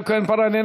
יעל כהן-פארן,